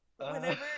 whenever